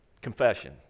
Confession